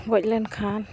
ᱜᱚᱡ ᱞᱮᱱᱠᱷᱟᱱ